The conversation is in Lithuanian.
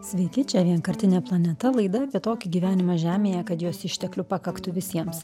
sveiki čia vienkartinė planeta laida apie tokį gyvenimą žemėje kad jos išteklių pakaktų visiems